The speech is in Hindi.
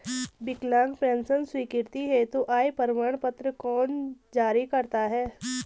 विकलांग पेंशन स्वीकृति हेतु आय प्रमाण पत्र कौन जारी करता है?